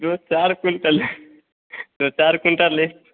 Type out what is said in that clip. दो चार क्वीन्टल दो चार क्वीन्टल लेह